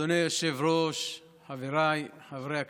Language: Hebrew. אדוני היושב-ראש, חבריי חברי הכנסת,